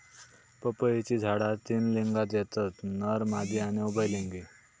पपईची झाडा तीन लिंगात येतत नर, मादी आणि उभयलिंगी